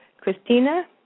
Christina